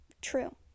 true